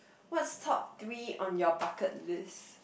what's top three on your bucket list